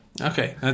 Okay